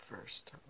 first